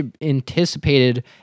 anticipated